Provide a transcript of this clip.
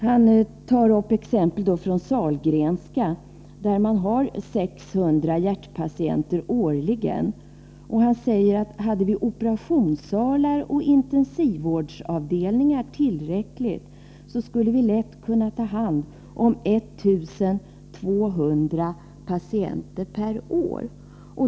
Han ger ett exempel från Sahlgrenska, där man har 600 hjärtpatienter årligen, och säger: Hade vi operationssalar och intensivvårdsavdelningar tillräckligt, skulle vi lätt kunna ta hand om 1 200 patienter per år.